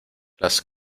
las